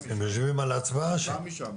הם יושבים על ההצבעה שם.